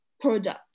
product